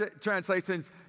translations